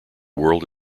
world